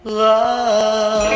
love